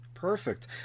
Perfect